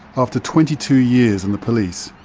after twenty two years in the police,